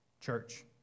church